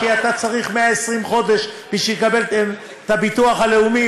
כי אתה צריך 120 חודש בשביל לקבל את הביטוח הלאומי,